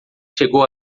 chegou